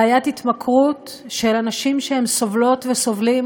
בעיית התמכרות של אנשים שסובלות וסובלים